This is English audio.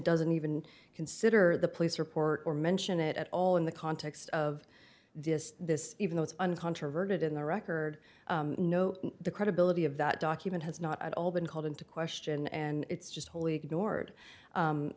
doesn't even consider the police report or mention it at all in the context of this this even though it's uncontroverted in the record no the credibility of that document has not at all been called into question and it's just wholly ignored